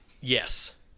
Yes